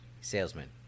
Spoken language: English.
salesman